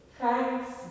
Thanks